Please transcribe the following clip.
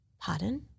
pardon